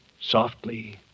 softly